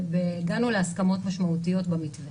לכן הגענו להסכמות משמעותיות במתווה.